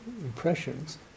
impressions